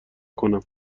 کنم